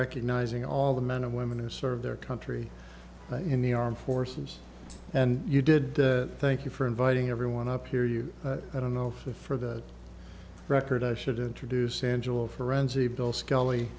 recognizing all the men and women who serve their country in the armed forces and you did that thank you for inviting everyone up here you don't know for the record i should introduce